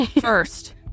first